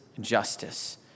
justice